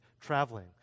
traveling